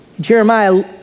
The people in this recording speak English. Jeremiah